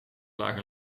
lage